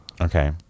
Okay